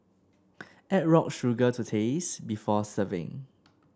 add rock sugar to taste before serving